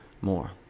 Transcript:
more